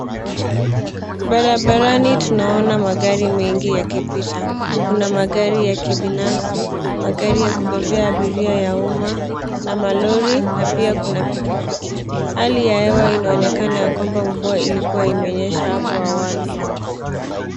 Barabarani tunaona magari mengi yakipita. Kuna magari ya kibinafsi, magari ya kubebea abiria ya umma na malori na pia kuna pikipiki. Hali ya hewa inaonekana ya kwamba mvua ilikua imenyesha hapo awali.